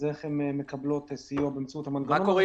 איך הן מקבלות סיוע באמצעות המנגנון,